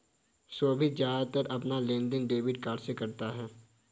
सोभित ज्यादातर अपना लेनदेन डेबिट कार्ड से ही करता है